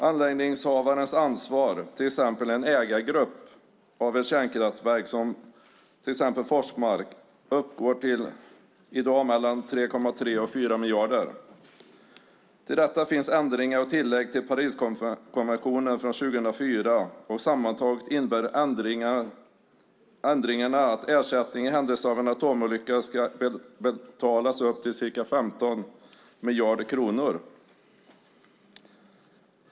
Anläggningshavaren, till exempel en ägargrupp av ett kärnkraftverk - som exempelvis Forsmark - har ett ansvar som i dag uppgår till mellan 3,3 och 4 miljarder. Till detta finns ändringar och tillägg till Pariskonventionen från 2004. Sammantaget innebär ändringarna att ersättning i händelse av en atomolycka ska betalas ut upp till ca 15 miljarder kronor.